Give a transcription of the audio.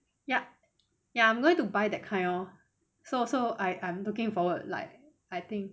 yup ya I'm going to buy that kind lor so so I I am looking forward like I think